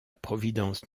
providence